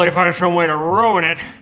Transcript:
like find some way to ruin it.